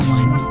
one